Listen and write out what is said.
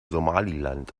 somaliland